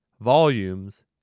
Volumes